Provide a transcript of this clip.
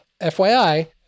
FYI